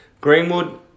Greenwood